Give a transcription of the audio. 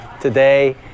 today